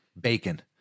bacon